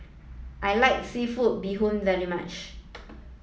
I like seafood bee hoon very much